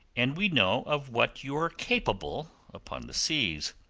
and we know of what you are capable upon the seas.